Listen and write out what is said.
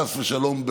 חס ושלום,